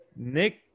Nick